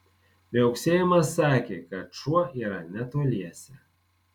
viauksėjimas sakė kad šuo yra netoliese